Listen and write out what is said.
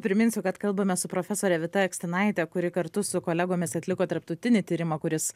priminsiu kad kalbamės su profesore vita akstinaite kuri kartu su kolegomis atliko tarptautinį tyrimą kuris